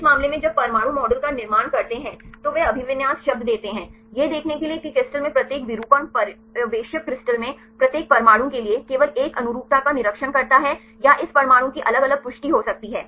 इस मामले में जब परमाणु मॉडल का निर्माण करते हैं तो वे अभिविन्यास शब्द देते हैं यह देखने के लिए कि क्रिस्टल में प्रत्येक विरूपण पर्यवेक्षक क्रिस्टल में प्रत्येक परमाणु के लिए केवल एक अनुरूपता का निरीक्षण करता है या इस परमाणु की अलग अलग पुष्टि हो सकती है